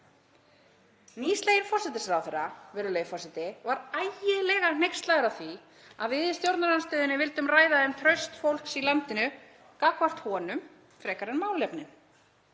Nýsleginn forsætisráðherra, virðulegi forseti, var ægilega hneykslaður á því að við í stjórnarandstöðunni vildum ræða um traust fólks í landinu gagnvart honum frekar en málefnin.